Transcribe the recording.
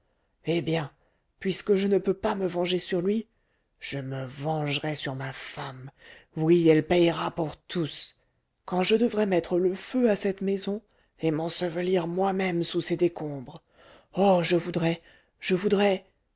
eh bien puisque je ne peux pas me venger sur lui je me vengerai sur ma femme oui elle payera pour tous quand je devrais mettre le feu à cette maison et m'ensevelir moi-même sous ses décombres oh je voudrais je voudrais